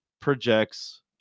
projects